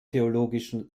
theologischen